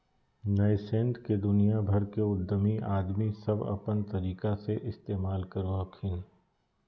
nascent के दुनिया भर के उद्यमी आदमी सब अपन तरीका से इस्तेमाल करो हखिन